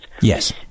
Yes